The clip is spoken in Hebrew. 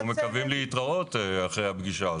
אנחנו מקווים להתראות אחרי הפגישה הזאת.